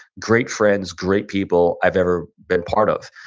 great friends, great people i've ever been part of.